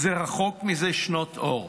זה "רחוק מזה שנות אור),